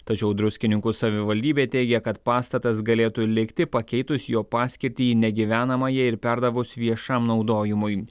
tačiau druskininkų savivaldybė teigia kad pastatas galėtų likti pakeitus jo paskirtį į negyvenamąjį ir perdavus viešam naudojimui